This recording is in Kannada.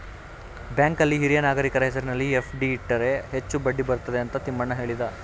ಬ್ಯಾಂಕಲ್ಲಿ ಹಿರಿಯ ನಾಗರಿಕರ ಹೆಸರಿನಲ್ಲಿ ಎಫ್.ಡಿ ಇಟ್ಟರೆ ಹೆಚ್ಚು ಬಡ್ಡಿ ಬರುತ್ತದೆ ಅಂತ ತಿಮ್ಮಣ್ಣ ಹೇಳಿದ